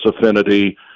affinity